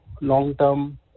long-term